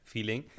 Feeling